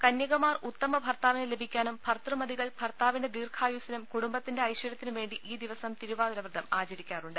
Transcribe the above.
കന്യകമാർ ഉത്തമ ഭർത്താവിനെ ലഭിക്കാനും ഭർതൃമതികൾ ഭർത്താവിന്റെ ദീർഘായുസ്സിനും കുടുംബത്തിന്റെ ഐശ്വരൃത്തിനും വേണ്ടി ഈ ദിവസം തിരുവാതിര പ്രതം ആചരിക്കാറുണ്ട്